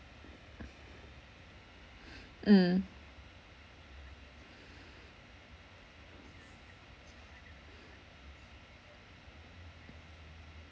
mm